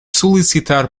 solicitar